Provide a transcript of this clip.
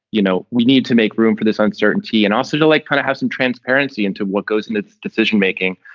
you know, we need to make room for this uncertainty and also to like kind of have some transparency into what goes in its decision making.